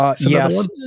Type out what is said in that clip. Yes